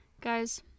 guys